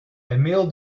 emil